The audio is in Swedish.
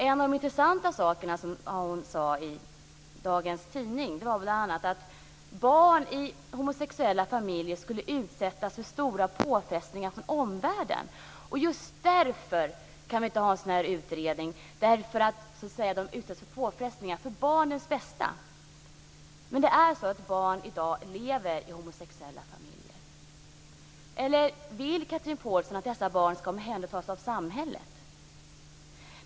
En av de intressanta sakerna som hon sade i dagens tidning var att barn i homosexuella familjer skulle utsättas för stora påfrestningar från omvärlden och att vi just därför inte kan tillsätta en sådan utredning, för barnens bästa. Men barn lever i dag i homosexuella familjer. Vill Chatrine Pålsson att dessa barn skall omhändertas av samhället?